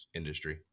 industry